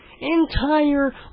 entire